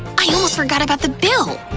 i almost forgot about the bill!